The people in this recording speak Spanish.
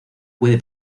puede